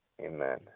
Amen